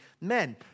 men